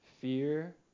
Fear